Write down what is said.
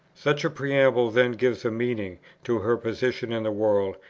such a preamble then gives a meaning to her position in the world,